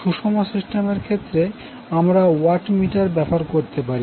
সুষম সিস্টেমের ক্ষেত্রে আমরা ওয়াট মিটার ব্যবহার করতে পারি